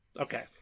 okay